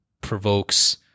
provokes